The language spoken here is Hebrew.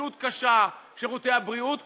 הנגישות קשה, שירותי הבריאות קשים.